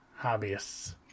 Hobbyists